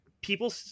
people